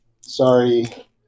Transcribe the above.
Sorry